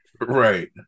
Right